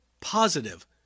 Positive